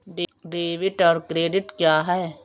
Debit और credit क्या है?